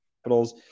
Capitals